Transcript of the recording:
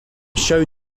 show